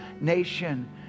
nation